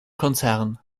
konzern